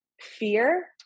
fear